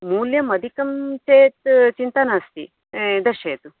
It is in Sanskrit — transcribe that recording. मूल्यम् अधिकं चेद् चिन्ता नास्ति दर्शयतु